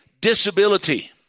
disability